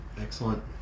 excellent